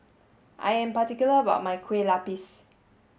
I am particular about my Kue Lupis